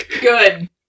Good